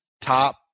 top